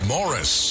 Morris